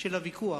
של הוויכוח.